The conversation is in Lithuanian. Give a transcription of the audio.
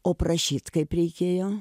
o prašyt kaip reikėjo